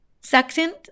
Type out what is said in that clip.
Second